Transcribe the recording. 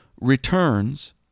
returns